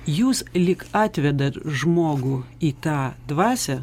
jūs lyg atvedat žmogų į tą dvasią